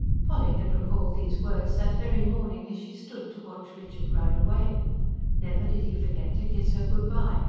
polly had recalled these words that very morning as she stood to watch richard ride away never did he forget to kiss her good-bye,